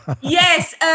Yes